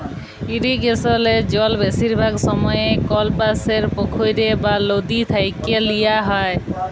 ইরিগেসলে জল বেশিরভাগ সময়ই কল পাশের পখ্ইর বা লদী থ্যাইকে লিয়া হ্যয়